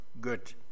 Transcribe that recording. good